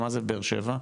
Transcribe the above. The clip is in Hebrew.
מה זה בבאר שבע?